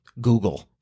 Google